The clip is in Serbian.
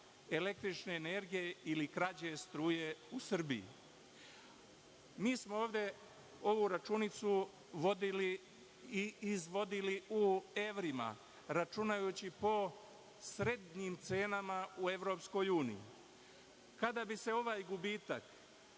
električne energije ili krađe struje u Srbiji. Mi smo ovde ovu računicu vodili i izvodili u evrima, računajući po srednjim cenama u EU. Kada bi se ovaj gubitak